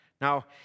Now